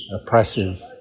oppressive